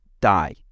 die